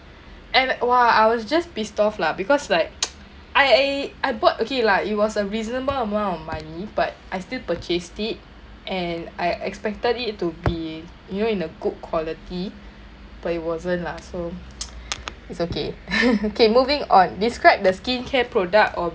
and !wah! I was just pissed off lah because like I I I bought okay lah it was a reasonable amount of money but I still purchased it and I expected it to be you know in a good quality but it wasn't lah so it's okay okay moving on describe the skincare product or